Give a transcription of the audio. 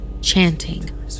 chanting